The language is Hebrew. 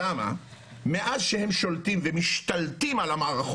אין לי דרך לשלוף נתונים כאלה,